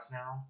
now